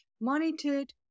monitored